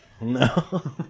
No